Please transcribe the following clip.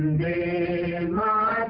da